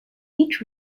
each